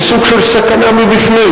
כסוג של סכנה מבפנים.